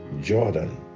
Jordan